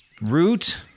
Root